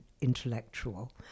intellectual